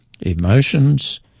emotions